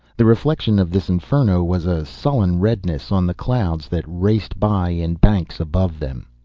the reflection of this inferno was a sullen redness on the clouds that raced by in banks above them.